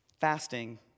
Fasting